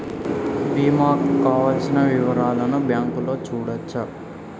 బీమా కు కావలసిన వివరాలను బ్యాంకులో చూడొచ్చా?